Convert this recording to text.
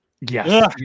Yes